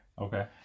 Okay